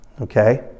okay